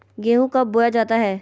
गेंहू कब बोया जाता हैं?